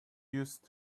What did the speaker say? used